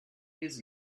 his